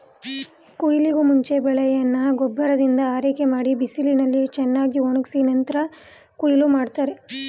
ಕುಯ್ಲಿಗೂಮುಂಚೆ ಬೆಳೆನ ಗೊಬ್ಬರದಿಂದ ಆರೈಕೆಮಾಡಿ ಬಿಸಿಲಿನಲ್ಲಿ ಚೆನ್ನಾಗ್ಒಣುಗ್ಸಿ ನಂತ್ರ ಕುಯ್ಲ್ ಮಾಡ್ತಾರೆ